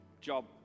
job